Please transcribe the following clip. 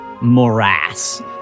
morass